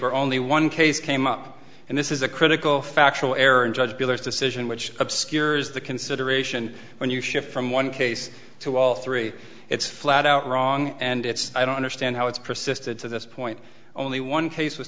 for only one case came up and this is a critical factual error in judge billers decision which obscures the consideration when you shift from one case to all three it's flat out wrong and it's i don't understand how it's persisted to this point only one case was